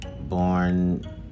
born